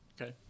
Okay